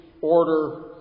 order